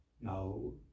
No